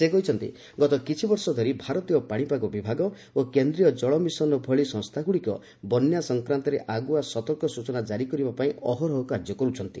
ସେ କହିଛନ୍ତି ଗତ କିଛି ବର୍ଷ ଧରି ଭାରତୀୟ ପାଣିପାଗ ବିଭାଗ ଓ କେନ୍ଦ୍ରୀୟ ଜଳ କମିଶନ୍ ଭଳି ସଂସ୍ଥାଗୁଡ଼ିକ ବନ୍ୟା ସଂକ୍ରାନ୍ତରେ ଆଗ୍ରଆ ସତର୍କ ସ୍ଚଚନା କାରି କରିବାପାଇଁ ଅହରହ କାର୍ଯ୍ୟ କର୍ତ୍ଥନ୍ତି